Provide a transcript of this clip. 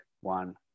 one